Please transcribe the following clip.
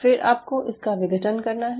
फिर आपको इसका विघटन करना है